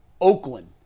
Oakland